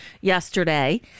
yesterday